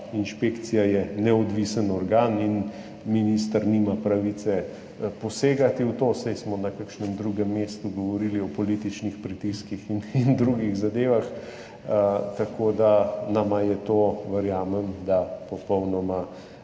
inšpekcija neodvisen organ in minister nima pravice posegati v to. Saj smo na kakšnem drugem mestu govorili o političnih pritiskih in drugih zadevah, tako da nama je to, verjamem da, popolnoma